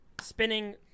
spinning